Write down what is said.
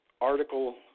Article